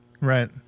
Right